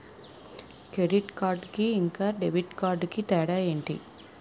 Credit card కి ఇంకా debit card కి తేడా ఏంటి?